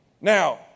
Now